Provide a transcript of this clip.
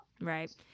Right